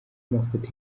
mafoto